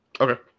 Okay